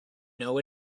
know